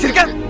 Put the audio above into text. gun